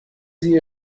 sie